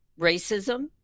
Racism